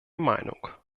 meinung